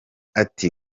ati